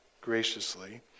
graciously